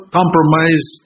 compromise